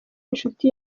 inshuti